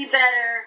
better